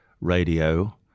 radio